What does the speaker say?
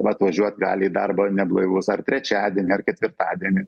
vat važiuot gali į darbą neblaivus ar trečiadienį ar ketvirtadienį